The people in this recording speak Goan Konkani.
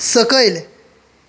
सकयल